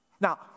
Now